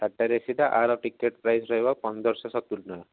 third class ଏସିଟା ୟାର ticket price ରହିବ ପନ୍ଦରଶହ ସତୁରୀ ଟଙ୍କା